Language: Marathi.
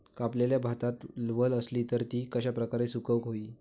कापलेल्या भातात वल आसली तर ती कश्या प्रकारे सुकौक होई?